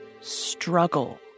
struggle